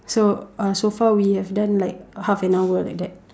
so uh so far we have done like half an hour like that